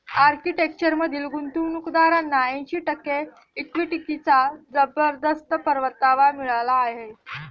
आर्किटेक्चरमधील गुंतवणूकदारांना ऐंशी टक्के इक्विटीचा जबरदस्त परतावा मिळाला आहे